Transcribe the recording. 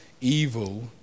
evil